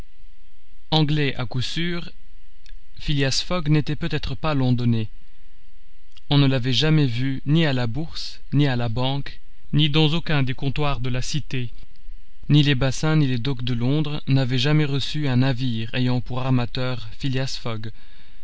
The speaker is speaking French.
anglais à coup sûr phileas fogg n'était peut-être pas londonner on ne l'avait jamais vu ni à la bourse ni à la banque ni dans aucun des comptoirs de la cité ni les bassins ni les docks de londres n'avaient jamais reçu un navire ayant pour armateur phileas fogg